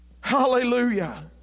Hallelujah